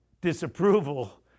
disapproval